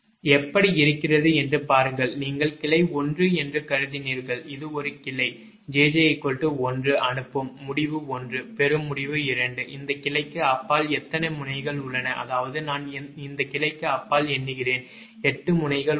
எப்படி இருக்கிறது என்று பாருங்கள் நீங்கள் கிளை 1 என்று கருதினீர்கள் இது ஒரு கிளை 𝑗𝑗 1 அனுப்பும் முடிவு 1 பெறும் முடிவு 2 இந்த கிளைக்கு அப்பால் எத்தனை முனைகள் உள்ளன அதாவது நான் இந்த கிளைக்கு அப்பால் எண்ணுகிறேன் 8 முனைகள் உள்ளன